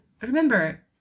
Remember